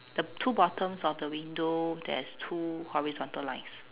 the two bottoms of the window there's two horizontal lines